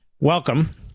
welcome